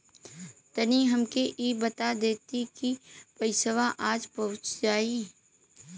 तनि हमके इ बता देती की पइसवा आज पहुँच जाई?